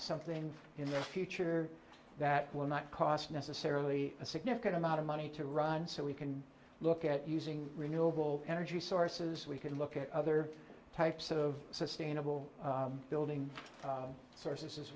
some things in the future that will not cost necessarily a significant amount of money to run so we can look at using renewable energy sources we can look at other types of sustainable building sources as